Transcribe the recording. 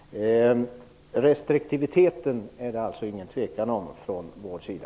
Restriktiviteten är det alltså ingen tvekan om från vår sida.